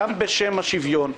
גם בשם השוויון.